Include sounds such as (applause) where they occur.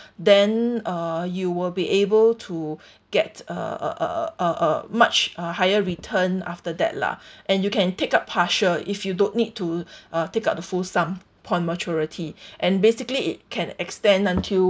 then uh you will be able to (breath) get uh uh uh uh uh much uh higher return after that lah (breath) and you can take up partial if you don't need to (breath) uh take out the full sum upon maturity (breath) and basically it can extend until